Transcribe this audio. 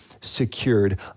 secured